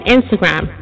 Instagram